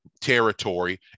territory